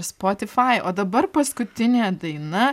spotify o dabar paskutinė daina